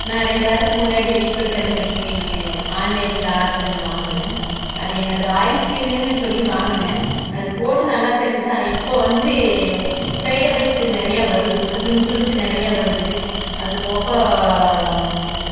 நான் ரெண்டு வாரத்துக்கு முன்னாடி வீக்கோ டர்மரிக் க்ரீம் ஆன்லைனில் ஆர்டர் பண்ணி வாங்கினேன் அது என்னோடது ஆயில் ஸ்கின்னென்னு சொல்லி வாங்கினேன் அது போட்டு நல்லாத்தான் இருந்தது ஆனால் இப்போது வந்து சைட் எஃபெக்ட் நிறையா வருது பிம்பிள்ஸ் நிறையா வருது அதுப்போக